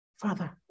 Father